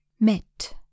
met